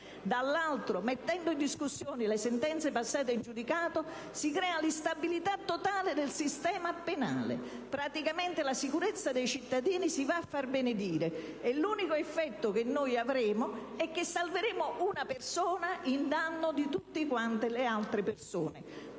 dall'altro mettendo in discussione le sentenze passate in giudicato, questo provvedimento crea l'instabilità totale del sistema penale. Praticamente, la sicurezza dei cittadini va a farsi benedire, e l'unico effetto che otterremo è che salveremo una persona in danno di tutte quante le altre persone.